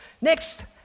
Next